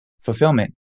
fulfillment